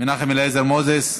מנחם אליעזר מוזס,